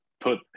put